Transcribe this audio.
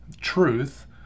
truth